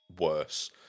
worse